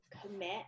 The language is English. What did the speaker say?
commit